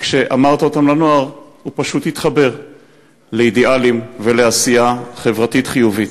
שכשאמרת אותן לנוער הוא פשוט התחבר לאידיאלים ולעשייה חברתית חיובית.